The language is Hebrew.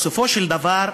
בסופו של דבר,